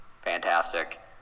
fantastic